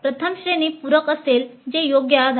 प्रथम श्रेणी पूरक असेल जे योग्य झाले